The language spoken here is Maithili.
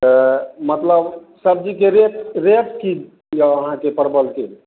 तऽ मतलब सब्जीके रेट रेट की यऽ अहाँके परवलके